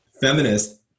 feminist